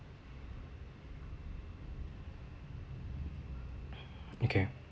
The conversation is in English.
okay